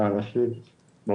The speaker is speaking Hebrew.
אנחנו צריכים להתגבר על תקנה